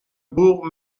bourg